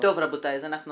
טוב, רבותיי, אז אנחנו